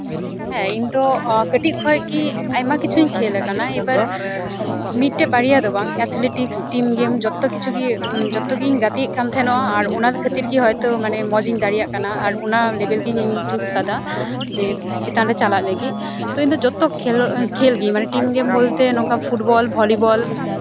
ᱦᱮᱸ ᱤᱧᱫᱚ ᱠᱟᱹᱴᱤᱡ ᱠᱷᱚᱱ ᱜᱮ ᱟᱭᱢᱟ ᱠᱤᱪᱷᱩᱧ ᱠᱷᱮᱞ ᱠᱟᱱᱟ ᱮᱭᱵᱟᱨ ᱢᱤᱫᱴᱮᱱ ᱵᱟᱨᱭᱟ ᱫᱚ ᱵᱟᱝ ᱮᱛᱷᱞᱮᱴᱤᱠᱥ ᱴᱤᱢ ᱜᱮᱢ ᱡᱚᱛᱚ ᱠᱤᱪᱷᱩ ᱜᱮ ᱡᱚᱛᱚᱜᱤᱧ ᱜᱟᱛᱮᱜ ᱠᱟᱱ ᱛᱟᱦᱮᱱᱚᱜᱼᱟ ᱟᱨ ᱚᱱᱟ ᱠᱷᱟᱹᱛᱤᱨ ᱜᱮ ᱦᱳᱭᱛᱚ ᱢᱟᱱᱮ ᱢᱚᱡᱽ ᱤᱧ ᱫᱟᱲᱮᱭᱟᱜ ᱠᱟᱱᱟ ᱟᱨ ᱚᱱᱟ ᱞᱮᱵᱮᱞ ᱜᱤᱧ ᱪᱩᱥ ᱠᱟᱫᱟ ᱡᱮ ᱪᱮᱛᱟᱱ ᱨᱮ ᱪᱟᱞᱟᱜ ᱞᱟᱹᱜᱤᱫ ᱛᱳ ᱤᱧᱫᱚ ᱡᱚᱛᱚ ᱠᱷᱮᱞᱜᱮ ᱢᱟᱱᱮ ᱴᱤᱢ ᱜᱮᱢ ᱵᱚᱞᱛᱮ ᱱᱚᱝᱠᱟ ᱯᱷᱩᱴᱵᱚᱞ ᱵᱷᱚᱞᱤᱵᱚᱞ